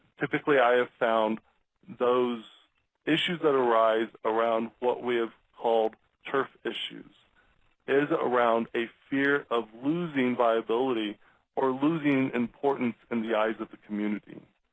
typically i have found those issues that arise around what we have called turf issues is around a fear of losing viability or losing importance in the eyes of the community.